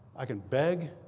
i can beg